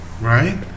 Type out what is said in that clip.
Right